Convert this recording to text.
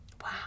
Wow